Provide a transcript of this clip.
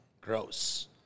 Gross